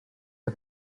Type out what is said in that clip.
the